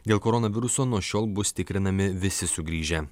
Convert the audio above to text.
dėl koronaviruso nuo šiol bus tikrinami visi sugrįžę